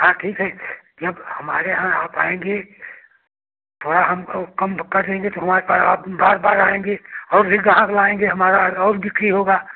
हाँ ठीक है जब हमारे यहाँ आप आएँगे थोड़ा हमको कम करेंगे तो हमारे पास आप बार बार आएँगे और भी ग्राहक लाएँगे हमारा अकाउंट भी ठीक होगा